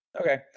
Okay